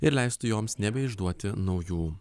ir leistų joms nebeišduoti naujų